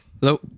Hello